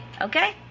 Okay